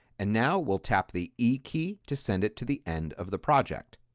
and now we'll tap the e key to send it to the end of the project.